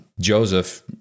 Joseph